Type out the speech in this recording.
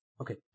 Okay